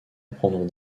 prendre